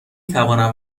توانم